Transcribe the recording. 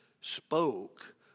spoke